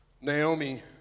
Naomi